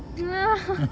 (uh huh)